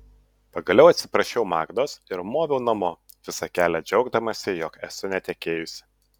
pagaliau atsiprašiau magdos ir moviau namo visą kelią džiaugdamasi jog esu netekėjusi